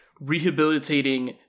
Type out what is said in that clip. rehabilitating